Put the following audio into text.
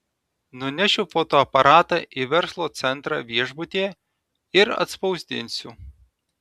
nunešiu fotoaparatą į verslo centrą viešbutyje ir atspausdinsiu